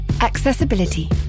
accessibility